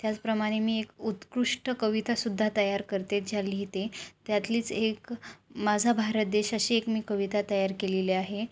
त्याचप्रमाणे मी एक उत्कृष्ट कविता सुद्धा तयार करते ज्या लिहिते त्यातलीच एक माझा भारत देश अशी एक मी कविता तयार केलेली आहे